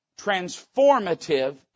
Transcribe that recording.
transformative